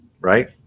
right